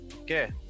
Okay